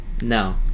No